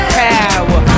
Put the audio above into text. power